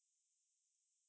!wah! you work on weekend